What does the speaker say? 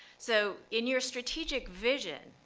so in your strategic vision,